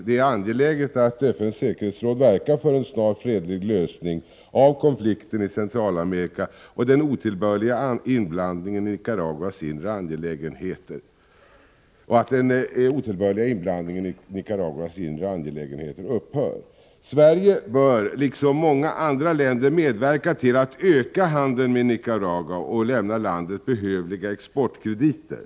Det är angeläget att FN:s säkerhetsråd verkar för en snar fredlig lösning av konflikten i Centralamerika och att den otillbörliga inblandningen i Nicaraguas inre angelägenheter upphör. Sverige bör liksom många andra länder medverka till att öka handeln med Nicaragua och lämna landet behövliga exportkrediter.